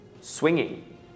Swinging